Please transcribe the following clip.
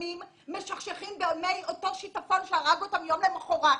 מצולמים משכשכים במי אותו שיטפון שהרג אותם יום למחרת.